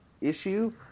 issue